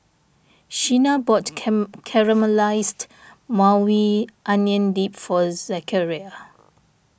Sheena bought came Caramelized Maui Onion Dip for Zachariah